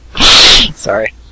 Sorry